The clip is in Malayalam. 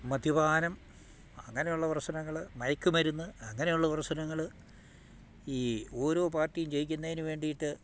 മദ്യപാനം അങ്ങനെയുള്ള പ്രശ്നങ്ങൾ മയക്കു മരുന്ന് അങ്ങനെയുള്ള പ്രശ്നങ്ങൾ ഈ ഓരോ പാർട്ടിയും ജയിക്കുന്നതിനു വേണ്ടിയിട്ട്